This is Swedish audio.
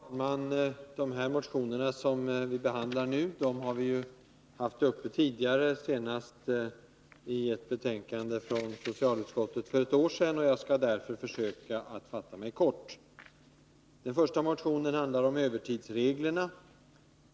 Fru talman! De motioner som vi nu behandlar har tagits upp tidigare, senast i ett betänkande från socialutskottet för ett år sedan. Jag skall därför försöka fatta mig kort. Den första motionen handlar om övertidsreglerna.